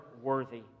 worthy